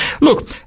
look